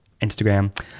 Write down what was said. Instagram